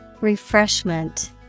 refreshment